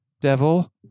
devil